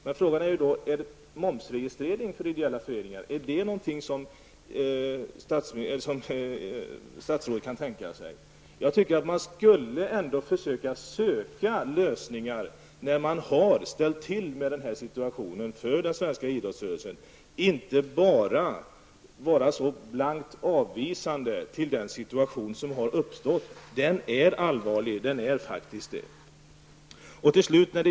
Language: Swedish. Kan statsrådet tänka sig momsregistrering för ideella föreningar? Jag tycker att man skall försöka hitta lösningar när man har ställt till med den här situationen för den svenska idrottsrörelsen. Man bör inte vara så blankt avvisande till den situation som har uppstått. Den är faktiskt allvarlig.